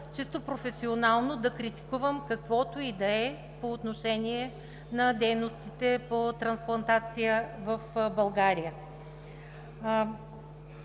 чисто професионално да критикувам каквото и да е по отношение на дейностите по трансплантация в България.